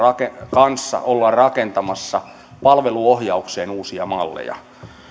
kanssa ollaan rakentamassa palveluohjaukseen uusia malleja